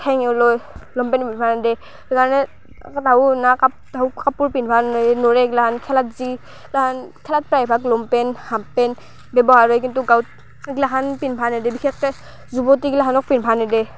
ঠেং ওলই লংপেণ্ট পিন্ধবা নেদেই সেইকাৰণে তাহো না কাপ তাহোক কাপোৰ পিন্ধবা নৰে নৰেই এগলাখান খেলাত যি তাহান খেলাত প্ৰায়ভাগ লংপেণ্ট হাফপেণ্ট ব্যৱহাৰ হয় কিন্তু গাঁৱত সেগলাখান পিন্ধবা নেদেই বিশেষকে যুৱতী গিলাখানোক পিন্ধবা নেদেই